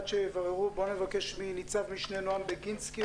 עד שיבררו נבקש מנצ"מ נועם בגינסקי,